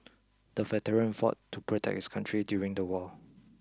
the veteran fought to protect his country during the war